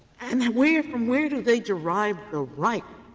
and where from where do they derive the right,